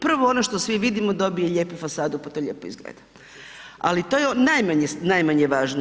Prvo ono što svi vidimo dobije lijepu fasadu pa to lijepo izgleda ali to je najmanje važno.